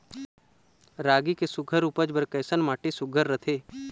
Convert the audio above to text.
रागी के सुघ्घर उपज बर कैसन माटी सुघ्घर रथे?